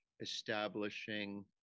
establishing